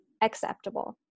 acceptable